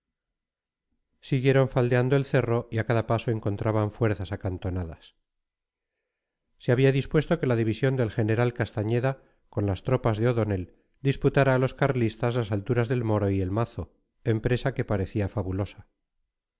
siguieron faldeando el cerro y a cada paso encontraban fuerzas acantonadas se había dispuesto que la división del general castañeda con las tropas de o'donnell disputara a los carlistas las alturas del moro y el mazo empresa que parecía fabulosa